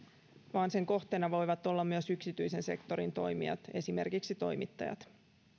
vaan sen kohteena voivat olla myös yksityisen sektorin toimijat esimerkiksi toimittajat